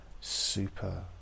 super